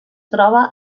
troba